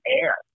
air